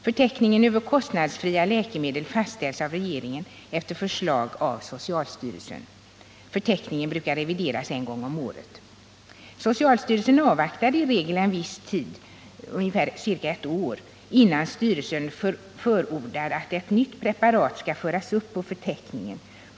Förteckningen över kostnadsfria läkemedel fastställs av regeringen efter förslag av socialstyrelsen. Förteckningen brukar revideras en gång om året. Socialstyrelsen avvaktar i regel en viss tid — ca ett år — innan styrelsen förordar att ett nytt preparat skall föras upp på förteckningen.